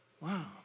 Wow